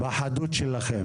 בחדות שלכם,